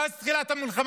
מאז תחילת המלחמה,